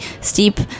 steep